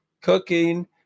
cooking